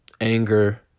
anger